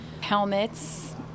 helmets